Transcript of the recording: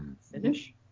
Finish